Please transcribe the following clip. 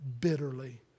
bitterly